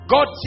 God